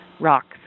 rocks